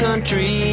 Country